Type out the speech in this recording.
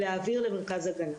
להעביר למרכז הגנה.